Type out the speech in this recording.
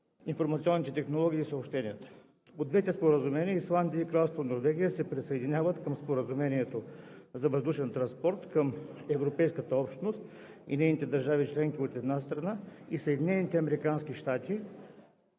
информационните технологии и съобщенията. С двете споразумения Исландия и Кралство Норвегия се присъединяват към Споразумението за въздушен транспорт между Европейската общност и нейните държави членки, от една страна, и